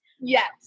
Yes